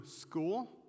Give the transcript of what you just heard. school